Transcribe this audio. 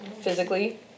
Physically